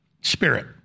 spirit